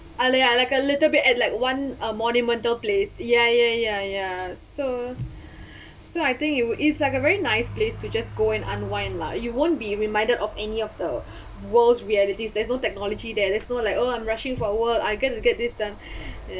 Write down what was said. I like I like a little bit at like one uh monumental place ya ya ya ya so so I think it were is like a very nice place to just go and unwind lah you won't be reminded of any of the world's reality there's no technology there there's no like oh I'm rushing for work I get to get this done